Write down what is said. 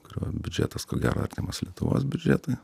kurio biudžetas ko gero artimas lietuvos biudžetui